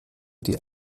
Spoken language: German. die